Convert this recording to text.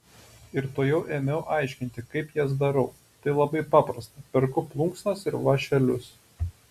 ir tuojau ėmiau aiškinti kaip jas darau tai labai paprasta perku plunksnas ir vąšelius